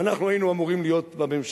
ואנחנו היינו אמורים להיות בממשלה,